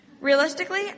Realistically